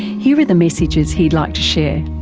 here are the messages he'd like share.